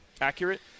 accurate